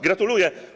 Gratuluję.